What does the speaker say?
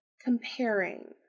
comparing